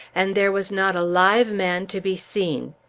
and there was not a live man to be seen.